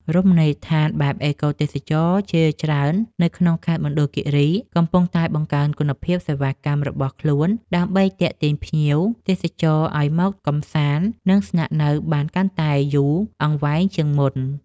រមណីយដ្ឋានបែបអេកូទេសចរណ៍ជាច្រើននៅក្នុងខេត្តមណ្ឌលគីរីកំពុងតែបង្កើនគុណភាពសេវាកម្មរបស់ខ្លួនដើម្បីទាក់ទាញភ្ញៀវទេសចរឱ្យមកកម្សាន្ត និង ស្នាក់នៅបានកាន់តែយូរអង្វែងជាងមុន។